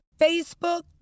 Facebook